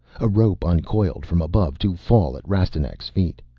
a rope uncoiled from above to fall at rastignac's feet.